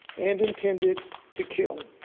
and intended to kill.